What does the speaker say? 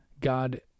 God